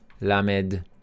Lamed